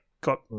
got